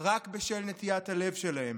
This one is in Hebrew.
רק בשל נטיית הלב שלהם.